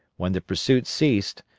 when the pursuit ceased,